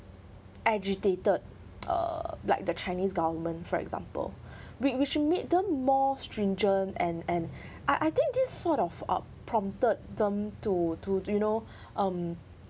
agitated uh like the chinese government for example we we should made them more stringent and and I I think this sort of up prompted them to to to you know um